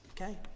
okay